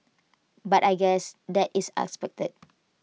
but I guess that is expected